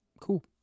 cool